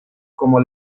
como